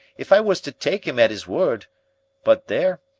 if i was to take im at is word but there,